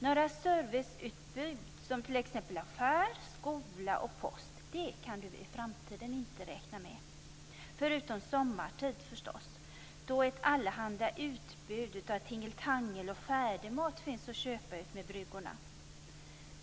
Några serviceutbud som t.ex. affär, skola och post kan du i framtiden inte räkna med, förutom sommartid förstås då ett allehanda utbud av tingeltangel och färdigmat finns att köpa utmed bryggorna.